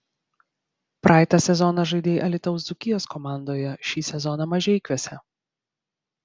praeitą sezoną žaidei alytaus dzūkijos komandoje šį sezoną mažeikiuose